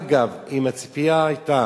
אגב, אם הציפייה היתה,